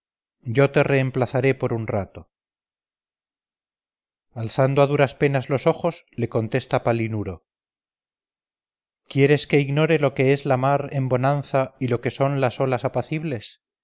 yo te reemplazaré por un rato alzando a duras penas los ojos le contesta palinuro quieres que ignore lo que es la mar en bonanza y lo que son las olas apacibles